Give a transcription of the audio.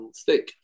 stick